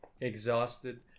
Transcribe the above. exhausted